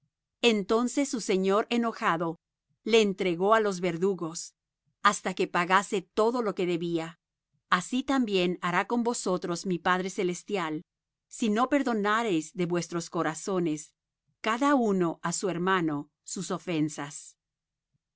entonces su señor enojado le entregó á los verdugos hasta que pagase todo lo que le debía así también hará con vosotros mi padre celestial si no perdonareis de vuestros corazones cada uno á su hermano sus ofensas